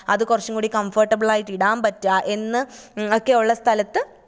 അത് കുറച്ചും കൂടി കംഫട്ടബിളായിട്ടിടാനും പറ്റുക എന്ന് ഒക്കെയുള്ള സ്ഥലത്ത്